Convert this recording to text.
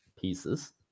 pieces